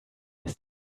ist